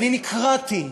אני נקרעתי.